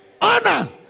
honor